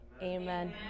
Amen